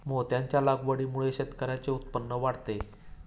मोत्यांच्या लागवडीमुळे शेतकऱ्यांचे उत्पन्न वाढते